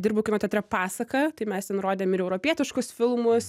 dirbu kino teatre pasaka tai mes ten rodėm ir europietiškus filmus